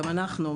גם אנחנו,